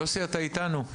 יוסי, אתה איתנו.